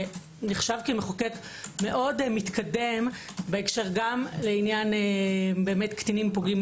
שנחשב כמאוד מתקדם גם בעניין קטינים פוגעים